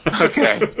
Okay